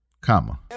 comma